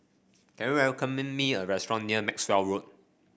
can you recommend me a restaurant near Maxwell Road